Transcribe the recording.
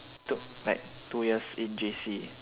took like two years in J_C